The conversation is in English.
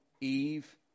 Eve